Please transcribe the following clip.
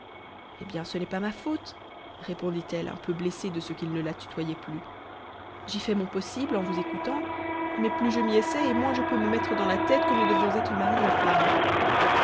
eh bien ce n'est pas ma faute répondit-elle un peu blessée de ce qu'il ne la tutoyait plus j'y fais mon possible en vous écoutant mais plus je m'y essaie et moins je peux me mettre dans la tête que nous devions être mari et femme